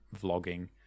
vlogging